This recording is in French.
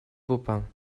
baupin